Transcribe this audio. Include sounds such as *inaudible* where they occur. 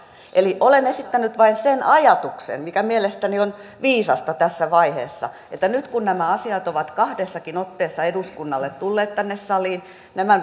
eli olen esittänyt vain sen ajatuksen mikä mielestäni on viisasta tässä vaiheessa että nyt kun nämä asiat ovat kahdessakin otteessa eduskunnalle tulleet tänne saliin ja nämä *unintelligible*